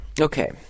Okay